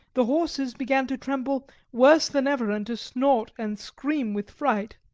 the horses began to tremble worse than ever and to snort and scream with fright.